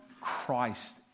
Christ